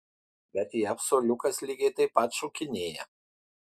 bet jav suoliukas lygiai taip pat šokinėja